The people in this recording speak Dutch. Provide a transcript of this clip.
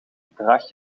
draag